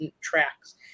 tracks